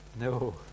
No